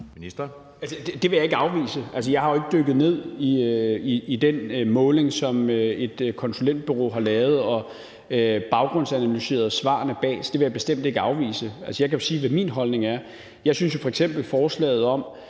Det vil jeg ikke afvise. Jeg har jo ikke dykket ned i den måling, som et konsulentbureau har lavet, og baggrundsanalyseret svarene bag. Så det vil jeg bestemt ikke afvise. Jeg kan jo sige, hvad min holdning er. Jeg synes, det er vigtigt,